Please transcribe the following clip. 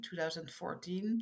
2014